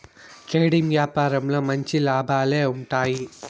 trading యాపారంలో మంచి లాభాలే ఉంటాయి